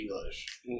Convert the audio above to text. English